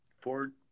Ford